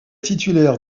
titulaire